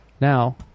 now